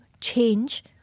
change